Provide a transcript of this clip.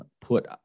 put